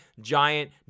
giant